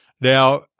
Now